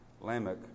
Lamech